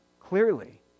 clearly